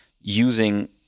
using